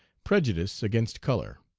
prejudice against color.